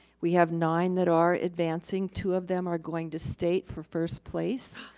we have nine that are advancing. two of them are going to state for first place.